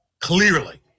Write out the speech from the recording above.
Clearly